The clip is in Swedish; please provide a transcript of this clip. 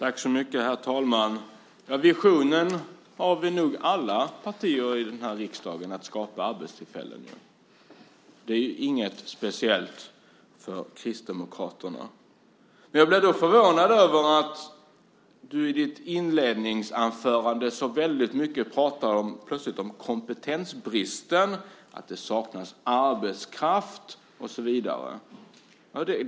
Herr talman! En vision om att skapa arbetstillfällen har nog alla partier i den här riksdagen. Det är inget speciellt för Kristdemokraterna. Jag blir dock förvånad över att du i ditt inledningsanförande plötsligt pratade väldigt mycket om kompetensbristen, att det saknas arbetskraft och så vidare.